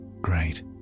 great